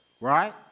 right